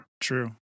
True